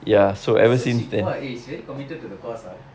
so she !wah! she very committed to the cause ah